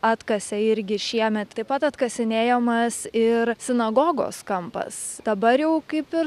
atkasė irgi šiemet taip pat atkasinėjamas ir sinagogos kampas dabar jau kaip ir